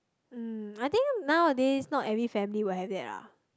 mm I think nowadays not every family will have it ah